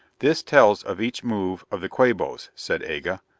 this tells of each move of the quabos, said aga.